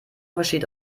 besteht